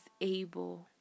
able